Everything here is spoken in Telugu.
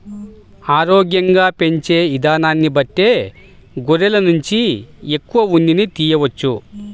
ఆరోగ్యంగా పెంచే ఇదానాన్ని బట్టే గొర్రెల నుంచి ఎక్కువ ఉన్నిని తియ్యవచ్చు